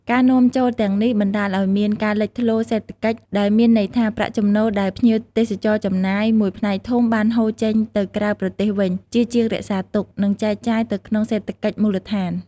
ការនាំចូលទាំងនេះបណ្តាលឱ្យមាន ការលេចធ្លាយសេដ្ឋកិច្ច ដែលមានន័យថា ប្រាក់ចំណូលដែលភ្ញៀវទេសចរចំណាយ មួយផ្នែកធំបានហូរចេញទៅក្រៅប្រទេសវិញ ជាជាងរក្សាទុក និងចែកចាយនៅក្នុងសេដ្ឋកិច្ចមូលដ្ឋាន។